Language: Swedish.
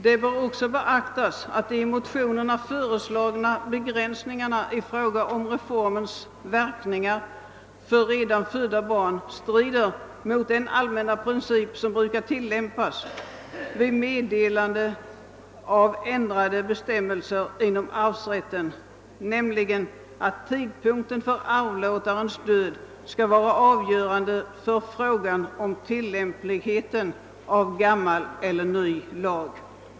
Det bör också beaktas att de i motionerna föreslagna begränsningarna i fråga om reformens verkningar för redan födda barn strider mot den allmänna princip som brukar tillämpas vid meddelande av ändrade bestämmelser inom arvsrätten, nämligen att tidpunkten för arvlåtarens död skall vara avgörande för tillämpligheten av gammal eller ny lag.